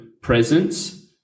presence